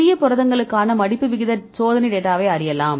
சிறிய புரதங்களுக்கான மடிப்பு விகித சோதனை டேட்டாவை அறியலாம்